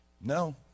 No